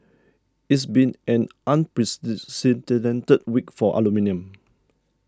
it's been an unprecedented week for aluminium